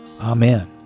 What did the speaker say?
Amen